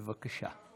בבקשה.